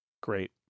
Great